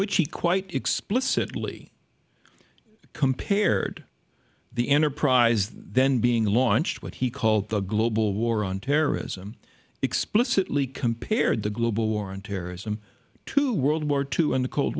which he quite explicitly compared the enterprise then being launched what he called the global war on terrorism explicitly compared the global war on terrorism to world war two in the cold